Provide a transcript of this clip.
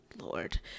lord